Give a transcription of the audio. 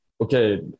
okay